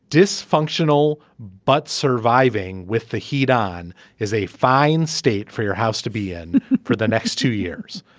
dysfunctional but surviving with the heat on is a fine state for your house to be in for the next two years.